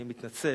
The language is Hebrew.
אני מתנצל,